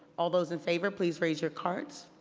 all those in favor, please raise your cards.